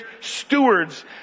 stewards